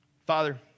Father